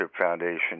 foundation